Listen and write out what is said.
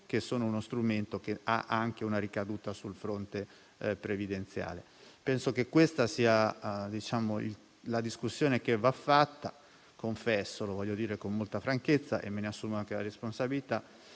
che sono uno strumento che ha anche una ricaduta sul fronte previdenziale. Questa è la discussione che va fatta. Confesso - lo voglio dire con molta franchezza e me ne assumo la responsabilità